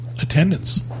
attendance